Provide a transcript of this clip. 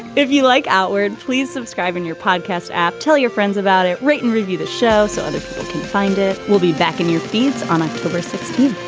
if you like outward please subscribe in your podcast app tell your friends about it right and review the show so and others can find it we'll be back in your feeds on october sixteenth.